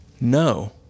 no